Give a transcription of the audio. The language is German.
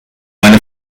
eine